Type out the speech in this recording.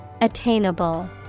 Attainable